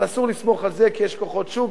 אבל אסור לסמוך על זה כי יש כוחות שוק,